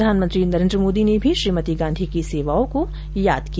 प्रधानमंत्री नरेन्द्र मोदी ने भी श्रीमती गांधी की सेवाओं को याद किया